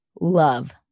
Love